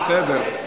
יותר ממחצית.